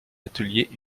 ateliers